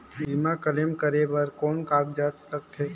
बीमा क्लेम करे बर कौन कागजात लगथे?